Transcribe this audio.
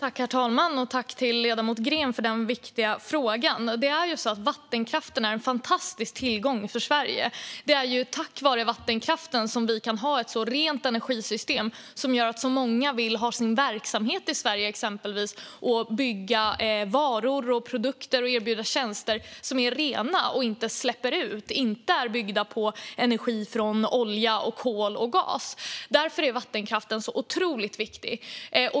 Herr talman! Jag tackar ledamoten Green för den viktiga frågan. Vattenkraften är en fantastisk tillgång för Sverige. Det är tack vare vattenkraften vi kan ha ett så rent energisystem, som gör att så många vill ha sin verksamhet i Sverige för att bygga varor och produkter eller erbjuda tjänster som är rena, inte ger utsläpp och inte är byggda på energi från olja, kol och gas. Därför är vattenkraften så otroligt viktig.